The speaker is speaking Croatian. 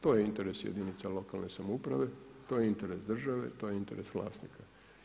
To je interes jedinica lokalne samouprave, to je interes države, to je interes vlasnika.